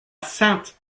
sainte